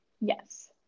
Yes